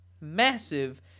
Massive